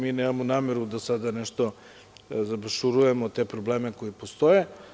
Mi nemamo nameru da sada nešto zabašurujemo te probleme koji postoje.